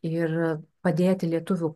ir padėti lietuvių